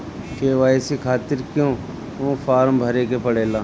KYC खातिर क्यूं form भरे के पड़ेला?